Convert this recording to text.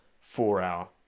four-hour